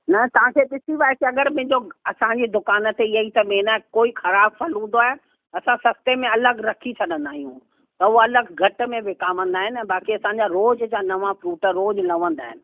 न तव्हांखे ॾिसी वाएसी अगरि मुंहिंजो असांजी दुकान ते इहा ई त मेन आहे कोई ख़राबु फल हूंदो आहे असां सस्ते में अलॻि रखी छॾंदा आहियूं त उहो अलॻि घटि में विकामजंदा आहिनि बाक़ी असांजा रोज़ु जा नवां फ्रूट रोज़ु लहंदा आहिनि